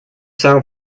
самое